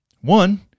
One